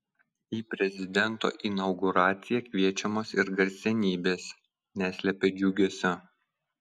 į prezidento inauguraciją kviečiamos ir garsenybės neslepia džiugesio